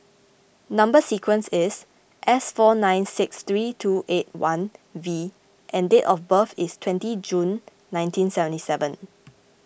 Number Sequence is S four nine six three two eight one V and date of birth is twenty June nineteen seventy seven